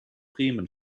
bremen